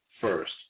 first